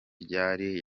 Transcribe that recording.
ryari